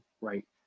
right